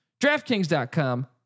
draftkings.com